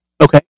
Okay